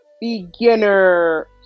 Beginner